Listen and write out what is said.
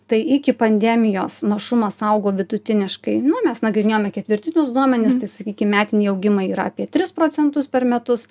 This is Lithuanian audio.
tai iki pandemijos našumas augo vidutiniškai nu mes nagrinėjome ketvirtinius duomenis tai sakykim metiniai augimai yra apie tris procentus per metus